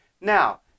Now